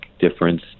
difference